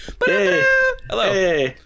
Hello